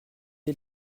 est